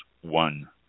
one